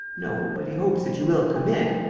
no, but he hopes that you will commit,